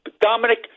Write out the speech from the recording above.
Dominic